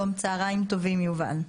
צוהריים טובים, יובל.